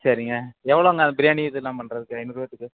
சரிங்க எவ்வளோங்க பிரியாணி இதெல்லாம் பண்ணுறதுக்கு ஐநூறுவா